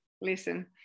listen